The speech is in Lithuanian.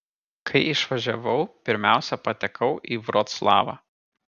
kai išvažiavau pirmiausia patekau į vroclavą